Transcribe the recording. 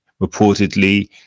reportedly